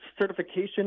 certification